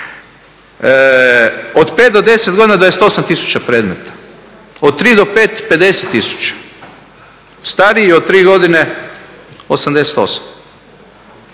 Od 5 do 10 godina 28000 predmeta, od 3 do 5 50000, stariji od 3 godine 88.